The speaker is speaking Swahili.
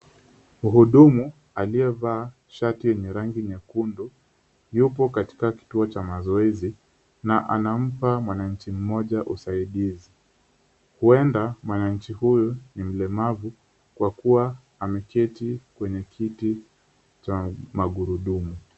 Mhudumu aliyevaa shati yenye rangi nyekundu yupo katika kituo cha mazoezi na anampa mwananchi mmoja usaidizi. Huenda mwanachi huyu, ni mlemavu, kwa kuwa ameketi kwenye kiti cha magurudumu.